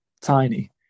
tiny